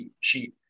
sheet